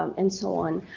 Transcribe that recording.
um and so on.